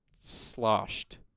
sloshed